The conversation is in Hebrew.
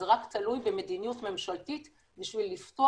זה רק תלוי במדיניות ממשלתית בשביל לפתוח